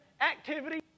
activity